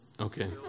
okay